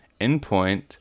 Endpoint